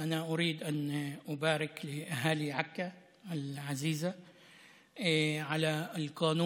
אני רוצה לברך את תושבי עכו היקרה על חוק הטבות המס,